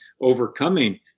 overcoming